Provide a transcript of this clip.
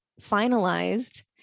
finalized